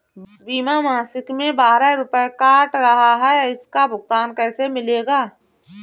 बीमा मासिक में बारह रुपय काट रहा है इसका भुगतान कैसे मिलेगा?